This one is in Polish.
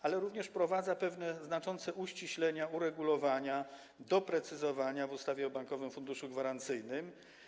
Wprowadza również pewne znaczące uściślenia, uregulowania, doprecyzowania w ustawie o Bankowym Funduszu Gwarancyjnym.